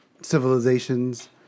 civilizations